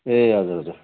ए हजुर हजुर